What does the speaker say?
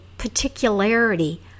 particularity